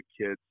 kids